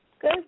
Good